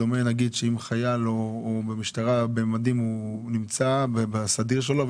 בדומה לחייל במשטרה שנמצא במדים בסדיר שלו,